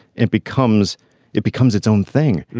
it becomes it becomes its own thing.